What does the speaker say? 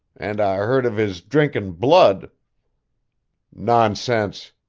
and i hearn of his drinkin' blood nonsense!